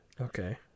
Okay